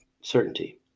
certainty